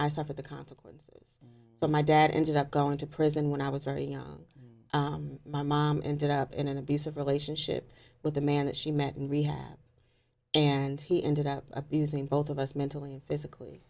i suffer the consequences so my dad ended up going to prison when i was very young my mom ended up in an abusive relationship with a man that she met in rehab and he ended up abusing both of us mentally and physically